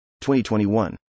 2021